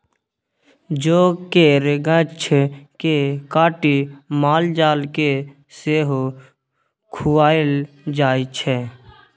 जौ केर गाछ केँ काटि माल जाल केँ सेहो खुआएल जाइ छै